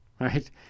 Right